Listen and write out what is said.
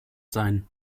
sein